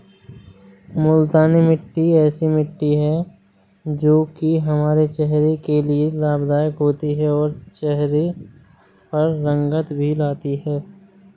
मूलतानी मिट्टी ऐसी मिट्टी है जो की हमारे चेहरे के लिए लाभदायक होती है और चहरे पर रंगत भी लाती है